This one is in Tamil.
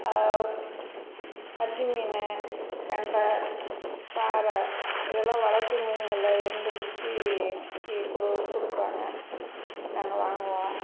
மத்தி மீன் கெண்டை பாறை இதெல்லாம் வளர்ப்பு மீன்களில் இருந்து பிடிச்சி இ குடு கொடுப்பாங்க நாங்கள் வாங்குவோம்